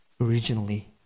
originally